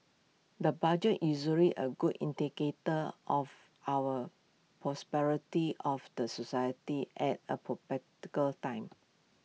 the budget is usually A good indicator of our of the society at A time